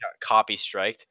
copy-striked